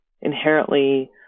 inherently